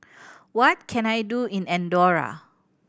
what can I do in Andorra